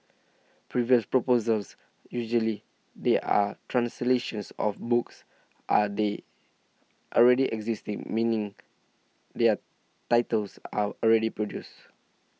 previous proposals usually they are translations of books are they already existing meaning their titles are already produced